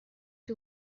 que